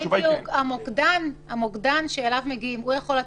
מרגע שהוא יתבטל,